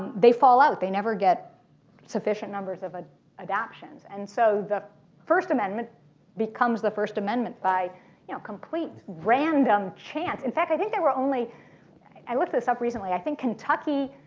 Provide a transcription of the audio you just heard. they fall out. they never get sufficient numbers of ah adoptions. and so the first amendment becomes the first amendment by you know complete random chance. and i think they were only i looked this up recently. i think kentucky